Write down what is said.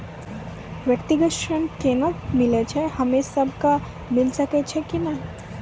व्यक्तिगत ऋण केना मिलै छै, हम्मे सब कऽ मिल सकै छै कि नै?